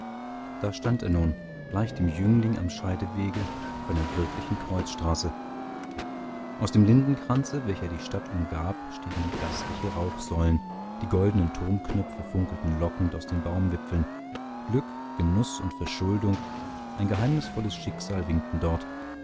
da stand er nun gleich dem jüngling am scheidewege auf einer wirklichen kreuzstraße aus dem lindenkranze welcher die stadt umgab stiegen gastliche rauchsäulen die goldenen turmknöpfe funkelten lockend aus den baumwipfeln glück genuß und verschuldung ein geheimnisvolles schicksal winkten dort